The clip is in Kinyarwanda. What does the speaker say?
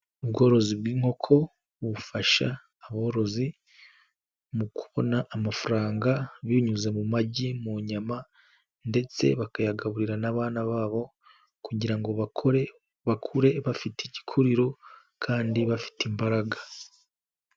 Ubworozi bw'inkoko bufasha aborozi mu kubona amafaranga binyuze mu magi, mu nyama ndetse bakayagaburira n'abana babo kugira ngo bakore, bakure bafite igikuriro kandi bafite imbaraga.